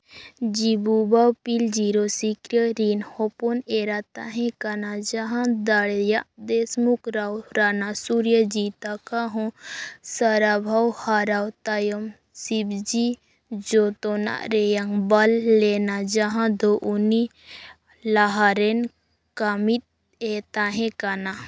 ᱡᱤᱵᱩ ᱵᱚᱣ ᱯᱤᱞ ᱡᱤᱨᱳ ᱥᱤᱠᱟᱹᱨᱤ ᱨᱤᱱ ᱦᱚᱯᱚᱱ ᱮᱨᱟ ᱛᱟᱦᱮᱸ ᱠᱟᱱᱟᱭ ᱡᱟᱦᱟᱸ ᱫᱟᱲᱮᱭᱟᱜ ᱫᱮᱥᱢᱩᱠᱷ ᱨᱟᱣ ᱨᱟᱱᱟᱨ ᱥᱩᱴᱭᱚᱡᱤ ᱛᱟᱠᱟ ᱦᱚᱸ ᱥᱟᱨᱟᱵᱷᱚ ᱦᱟᱨᱟᱣ ᱛᱟᱭᱚᱢ ᱥᱤᱵᱽ ᱡᱤ ᱡᱚᱛᱚᱱᱟᱜ ᱨᱮᱭᱟᱝ ᱵᱚᱞ ᱞᱮᱱᱟ ᱡᱟᱦᱟᱸ ᱫᱚ ᱩᱱᱤ ᱞᱟᱦᱟ ᱨᱮᱱ ᱠᱟᱹᱢᱤᱫᱼᱮ ᱛᱟᱦᱮᱸᱠᱟᱱᱟ